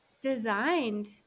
designed